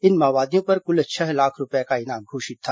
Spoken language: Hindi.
इन माओवादियों पर कुल छह लाख रूपये का इनाम घोषित था